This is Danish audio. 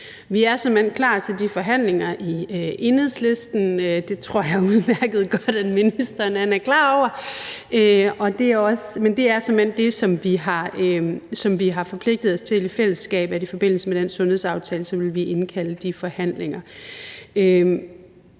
såmænd klar til de forhandlinger i Enhedslisten, og det tror jeg udmærket godt ministeren er klar over, men det er det, som vi har forpligtet os til i fællesskab, altså at vi i forbindelse med den sundhedsaftale vil indkalde til de forhandlinger.